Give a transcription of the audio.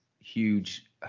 huge